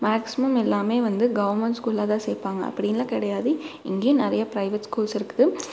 maximum எல்லாமே வந்து government ஸ்கூலில்தான் சேர்ப்பாங்க அப்படினுலாம் கிடையாது இங்கேயும் நிறையா பிரைவேட் ஸ்கூல்ஸ் இருக்கு